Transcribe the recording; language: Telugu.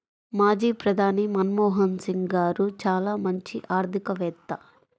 మాజీ ప్రధాని మన్మోహన్ సింగ్ గారు చాలా మంచి ఆర్థికవేత్త